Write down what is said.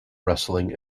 wrestling